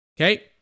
Okay